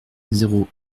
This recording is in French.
zéro